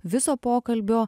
viso pokalbio